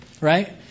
right